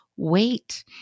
Wait